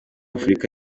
afurika